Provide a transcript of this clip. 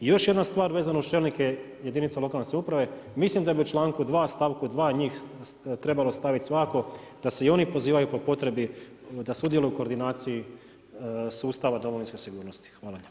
I još jedna stvar vezano uz čelnike jedinica lokalne samouprave, mislim da bi u članku 2. stavku 2. njih trebalo staviti svakako da se i oni pozivaju po potrebi da sudjeluju u koordinaciji sustava domovinske sigurnosti.